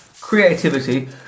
Creativity